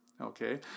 Okay